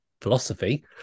philosophy